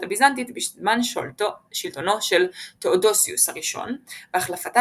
הביזנטית בזמן שלטונו של תאודוסיוס הראשון והחלפתה